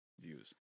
views